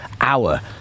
hour